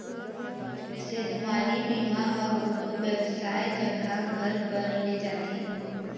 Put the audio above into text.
सेधमारी बीमा ह कोनो बेवसाय जघा घर बर ले जाथे